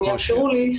אם יאפשרו לי,